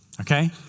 Okay